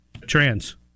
trans